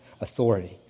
authority